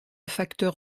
facteurs